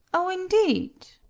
oh, indeed!